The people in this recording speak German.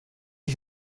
ich